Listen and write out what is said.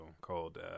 called